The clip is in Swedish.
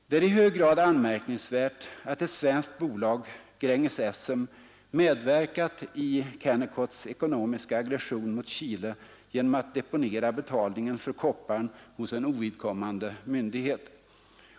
Det är i hög grad anmärkningsvärt att ett svenskt bolag, sränges Essem, medverkat i Kennecotts ekonomiska aggression mot Chile genom att deponera betalningen för kopparn hos en ovidkommande myndighet.